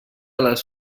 les